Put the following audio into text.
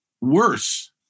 worse